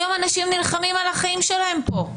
היום אנשים נלחמים על החיים שלהם פה.